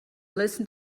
listen